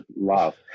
love